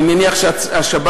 אני מניח שהשב"כ,